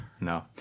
no